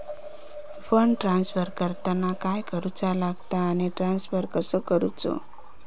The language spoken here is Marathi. फंड ट्रान्स्फर करताना काय करुचा लगता आनी ट्रान्स्फर कसो करूचो?